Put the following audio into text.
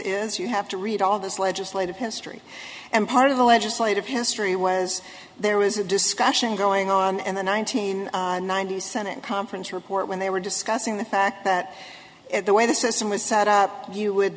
is you have to read all this legislative history and part of the legislative history was there was a discussion going on and the nineteen ninety two senate conference report when they were discussing the fact that the way the system was set up you would